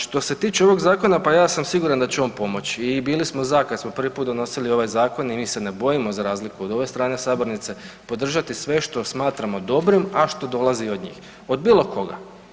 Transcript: Što se tiče ovog zakona, pa ja sam siguran da će on pomoći i bili smo za kada smo prvi puta donosili ovaj zakon i mi se ne bojimo za razliku od ove strane sabornice, podržati sve što smatramo dobrim, a što dolazi od njih, od bilo koga.